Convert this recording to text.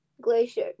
Glacier